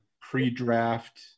pre-draft